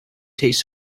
taste